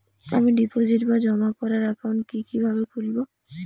আমি ডিপোজিট বা জমা করার একাউন্ট কি কিভাবে খুলবো?